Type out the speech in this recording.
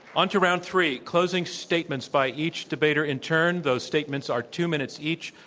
onto round three, closing statements by each debater in turn. those statements are two minutes each.